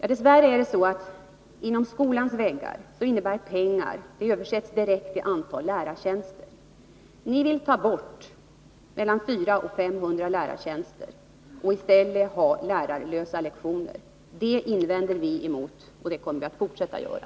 Men pengar kan inom skolans väggar direkt översättas till motsvarande antal lärartjänster. Ni vill ta bort mellan 400 och 500 lärartjänster och i stället ha lärarlösa lektioner. Det invänder vi emot, och det kommer vi att fortsätta att göra.